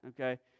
okay